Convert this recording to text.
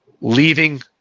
leaving